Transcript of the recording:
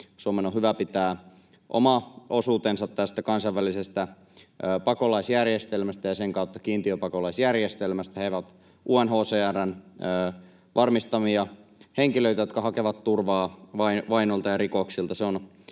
Suomen on hyvä pitää oma osuutensa tästä kansainvälisestä pakolaisjärjestelmästä ja sen kautta kiintiöpakolaisjärjestelmästä. He ovat UNHCR:n varmistamia henkilöitä, jotka hakevat turvaa vainolta ja rikoksilta.